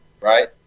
right